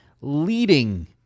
leading